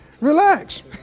relax